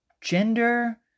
gender